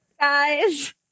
guys